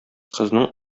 кызның